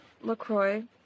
LaCroix